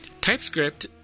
TypeScript